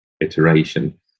iteration